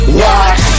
watch